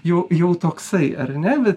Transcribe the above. jau jau toksai ar ne